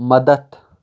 مدتھ